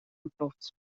ontploft